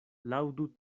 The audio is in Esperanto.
laŭdu